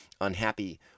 unhappy